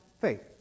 faith